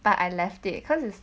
but I left it cause it's